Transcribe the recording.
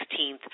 16th